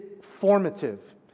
formative